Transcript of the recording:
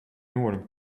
noorden